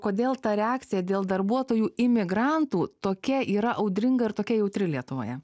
kodėl ta reakcija dėl darbuotojų imigrantų tokia yra audringa ir tokia jautri lietuvoje